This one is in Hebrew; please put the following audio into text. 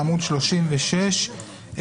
בעמוד 36,